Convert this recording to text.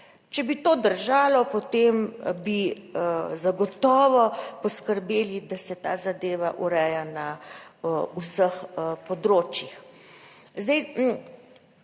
Če bi to držalo, potem bi zagotovo poskrbeli, da se ta zadeva ureja na vseh področjih.